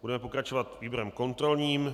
Budeme pokračovat výborem kontrolním.